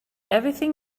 everything